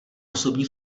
osobní